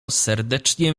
serdecznie